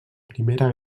primera